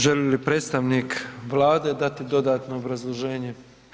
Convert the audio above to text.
Želi li predstavnik Vlade dati dodatno obrazloženje?